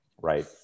right